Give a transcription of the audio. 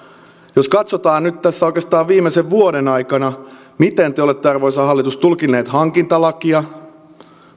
jos katsotaan nyt tässä oikeastaan viimeisen vuoden aikana miten te olette arvoisa hallitus tulkinneet hankintalakia